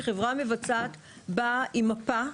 שחברה מבצעת באה עם מפה,